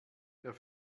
der